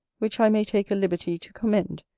which i may take a liberty to commend,